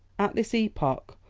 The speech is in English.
at this epoch,